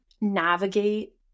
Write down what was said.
navigate